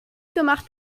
gemacht